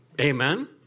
Amen